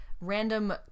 random